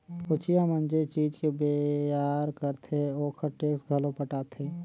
कोचिया मन जे चीज के बेयार करथे ओखर टेक्स घलो पटाथे